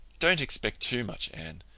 don't expect too much, anne.